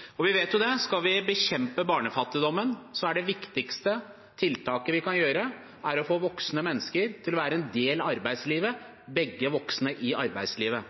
velferdssamfunnet. Vi vet at skal vi bekjempe barnefattigdommen, er det viktigste tiltaket vi kan gjøre, å få voksne mennesker til å være en del av arbeidslivet – begge voksne i arbeidslivet.